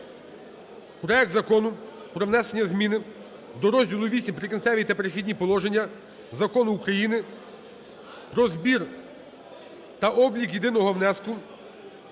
проект закону про внесення зміни до Розділу VШ "Прикінцеві та перехідні положення" Закону України "Про збір та облік єдиного внеску